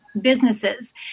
businesses